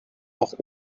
auch